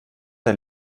der